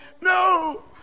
No